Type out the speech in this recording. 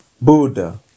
Buddha